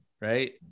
right